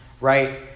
right